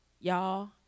y'all